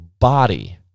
body